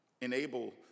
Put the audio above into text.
enable